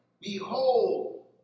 Behold